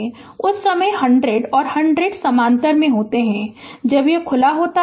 तो उस समय 100 और 100 समानांतर में होते हैं जब यह खुला होता है